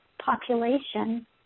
population